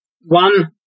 one